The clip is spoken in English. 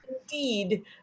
indeed